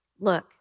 look